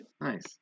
Nice